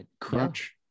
crunch